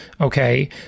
Okay